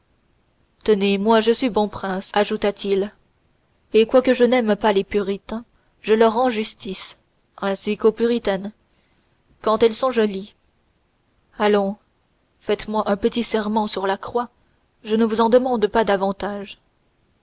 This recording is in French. tenez moi je suis bon prince ajouta-t-il et quoique je n'aime pas les puritains je leur rends justice ainsi qu'aux puritaines quand elles sont jolies allons faites-moi un petit serment sur la croix je ne vous en demande pas davantage